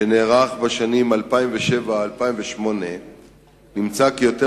בשנים 2007 2008 נמצא כי יותר